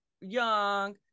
young